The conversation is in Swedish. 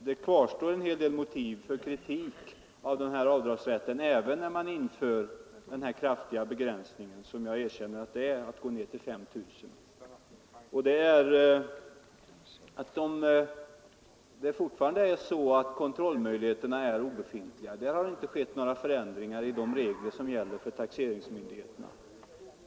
Det kvarstår en hel del motiv för kritik av denna avdragsrätt, även när man inför den kraftiga begränsning som jag erkänner att det är att gå ned till 5 000 kronor. Kontrollmöjligheterna är fortfarande obefintliga. På den punkten har det inte vidtagits några ändringar i de regler som gäller för taxeringsmyndigheterna.